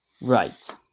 right